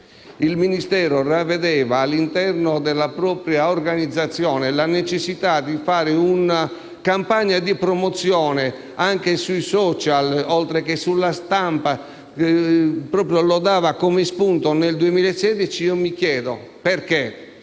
il Ministero ravvedeva all'interno della propria organizzazione la necessità di fare una campagna di promozione anche sui *social* *forum* oltre che sulla stampa, e la dava come spunto nel 2016, mi chiedo perché